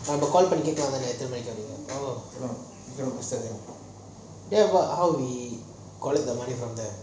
நம்ம:namma call பண்ணி கேக்கலாமா எத்தனை மணி வரைக்கும் இருப்பாங்கன்னு:panni keakalama eathana mani varaikum irupanganu ten o'clock how we collect the money